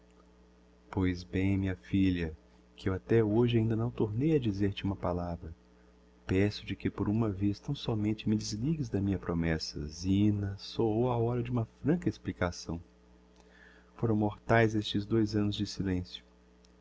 pois bem minha filha que eu até hoje ainda não tornei a dizer-te uma palavra peço te que por uma vez tão somente me desligues da minha promessa zina soou a hora de uma franca explicação foram mortaes estes dois annos de silencio